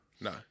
No